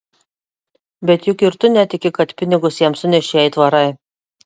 bet juk ir tu netiki kad pinigus jam sunešė aitvarai